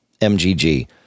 MGG